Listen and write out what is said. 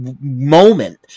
Moment